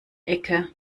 ecke